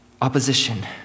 opposition